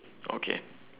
okay